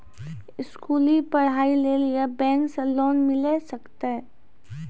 स्कूली पढ़ाई लेली बैंक से लोन मिले सकते?